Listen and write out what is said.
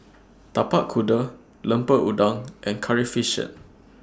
Tapak Kuda Lemper Udang and Curry Fish Head